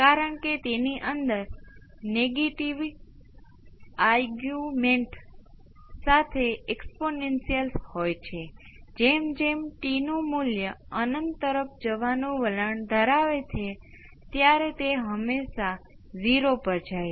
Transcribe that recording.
કારણ કે જો તમે V c ઓફ 0 બરાબર કેટલાક મૂલ્યની જગ્યાએ બદલો છો જે V0 ના આ મૂલ્યને સમાયોજિત કરવા માટે s પર પણ નિર્ભર રહેશે તો ક્યાંક કોઈ ટિપ્પણી કરો